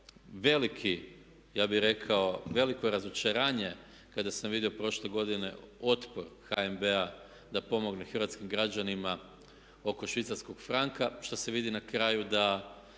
veliko razočaranje kada sam vidio prošle godine otpor HNB-a da pomogne hrvatskim građanima oko švicarskog franka što se vidi na kraju da